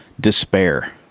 despair